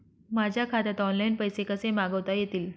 माझ्या खात्यात ऑनलाइन पैसे कसे मागवता येतील?